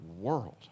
world